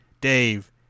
Dave